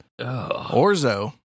Orzo